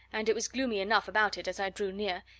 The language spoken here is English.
and it was gloomy enough about it as i drew near,